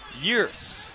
years